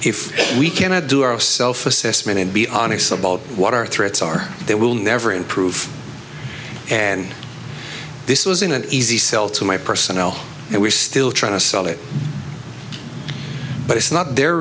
if we cannot do our self assessment and be honest about what our threats are they will never improve and this was in an easy sell to my personnel and we're still trying to solve it but it's not their